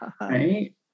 Right